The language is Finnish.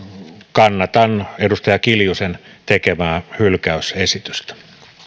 kannatan edustaja kiljusen tekemää hylkäysesitystä